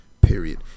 Period